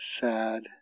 sad